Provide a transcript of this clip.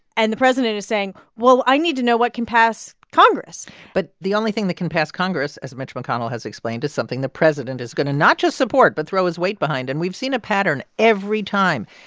and the president is saying, well, i need to know what can pass congress but the only thing that can pass congress, as mitch mcconnell has explained, is something the president is going to not just support but throw his weight behind. and we've seen a pattern every time.